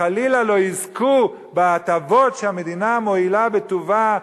שחלילה לא יזכו בהטבות שהמדינה מואילה בטובה,